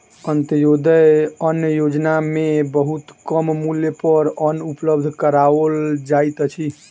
अन्त्योदय अन्न योजना में बहुत कम मूल्य पर अन्न उपलब्ध कराओल जाइत अछि